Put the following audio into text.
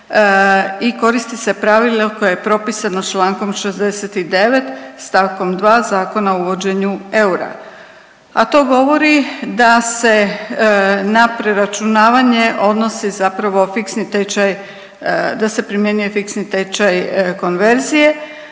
i koristi se pravilo koje je propisano čl. 69. st. 2. Zakona o uvođenju eura, a to govori da se na preračunavanje odnosi zapravo fiksni tečaj da se primjenjuje fiksni tečaj konverzije